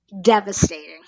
devastating